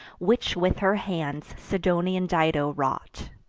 which with her hands sidonian dido wrought.